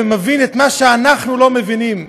ומבין את מה שאנחנו לא מבינים,